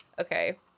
Okay